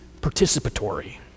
participatory